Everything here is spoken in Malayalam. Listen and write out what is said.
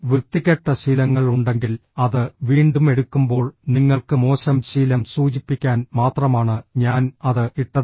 വൃത്തികെട്ട ശീലങ്ങൾ ഉണ്ടെങ്കിൽ അത് വീണ്ടും എടുക്കുമ്പോൾ നിങ്ങൾക്ക് മോശം ശീലം സൂചിപ്പിക്കാൻ മാത്രമാണ് ഞാൻ അത് ഇട്ടത്